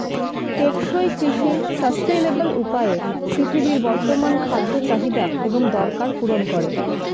টেকসই কৃষি সাস্টেইনেবল উপায়ে পৃথিবীর বর্তমান খাদ্য চাহিদা এবং দরকার পূরণ করে